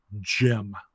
Jim